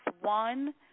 one